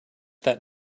that